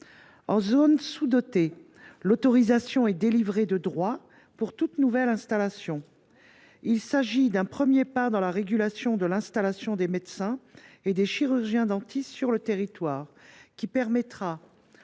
En zone sous dotée, l’autorisation serait délivrée de droit pour toute nouvelle installation. Il s’agit d’un premier pas dans la régulation de l’installation des médecins et des chirurgiens dentistes sur le territoire, qui permettra